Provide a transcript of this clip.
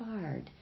hard